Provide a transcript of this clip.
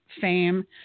fame